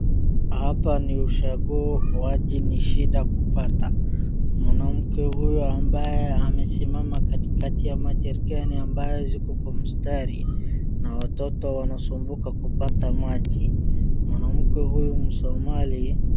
Hapa ni ushago maji ni shida kupata, mwanamke huyu ambaye amesimama katikati ya maji ya rikani ambayo ziko kwa mstari na watoto wanasumbuka kupata maji. Mwanamke huyu Msomali.